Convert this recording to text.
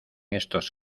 estos